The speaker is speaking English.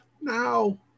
now